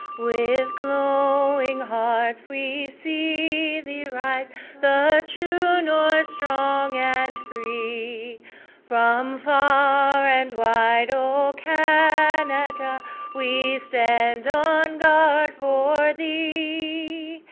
with glowing hearts we see thee rise the true north, strong and free from far and wide, o canada we stand on guard for thee.